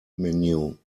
menu